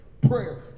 prayer